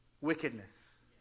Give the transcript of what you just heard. wickedness